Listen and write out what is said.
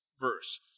verse